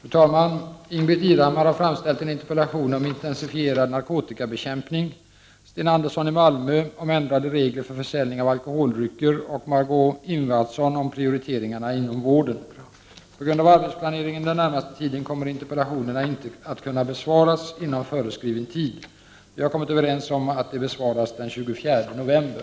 Fru talman! Ingbritt Irhammar har framställt en interpellation om intensifierad narkotikabekämpning, Sten Andersson i Malmö en interpellation om ändrade regler för försäljning av alkoholdrycker och Margö Ingvardsson en interpellation om prioriteringarna inom vården. På grund av arbetsplaneringen den närmaste tiden kommer interpellationerna inte att kunna besvaras inom föreskriven tid. Vi har kommit överens om att de besvaras den 24 november.